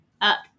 up